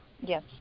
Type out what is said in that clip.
Yes